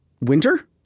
Winter